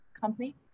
company